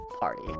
Party